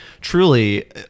truly